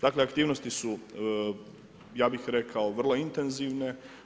Dakle, aktivnosti su ja bih rekao, vrlo intenzivne.